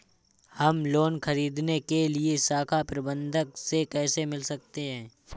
हम लोन ख़रीदने के लिए शाखा प्रबंधक से कैसे मिल सकते हैं?